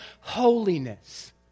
holiness